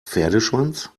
pferdeschwanz